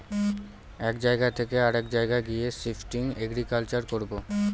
এক জায়গা থকে অরেক জায়গায় গিয়ে শিফটিং এগ্রিকালচার করবো